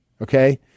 okay